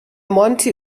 monti